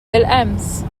بالأمس